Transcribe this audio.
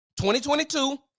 2022